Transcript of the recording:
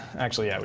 actually, yeah